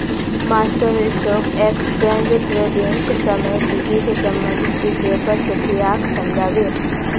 master stock exchange ट्रेडिंगक समय सूची से संबंधित विषय पर चट्टीयाक समझा बे